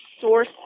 source